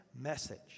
message